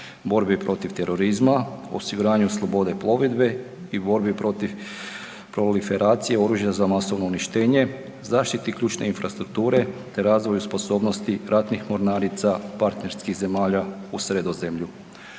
borbi protiv terorizma, osiguranju slobode plovidbe i borbi protiv proliferacije oružja za masovno uništenje, zaštiti ključne infrastrukture te razvoju sposobnosti ratnih mornarica partnerskih zemalja u Sredozemlju.